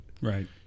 Right